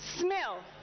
smell